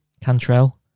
Cantrell